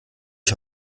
ich